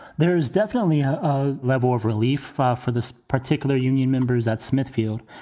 there is definitely a level of relief for this particular union members at smithfield.